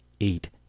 eight